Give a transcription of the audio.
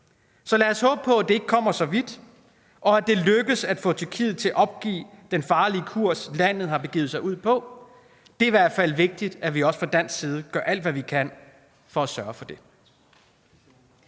Så lad os håbe på, at det ikke kommer så vidt, og at det lykkes at få Tyrkiet til at opgive den farlige kurs, landet har begivet sig ud på. Det er i hvert fald vigtigt, at vi også fra dansk side gør alt, hvad vi kan, for at sørge for det.